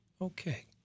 Okay